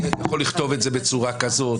לא, אני לא מרגיש שקיבלתי תשובה לשאלה.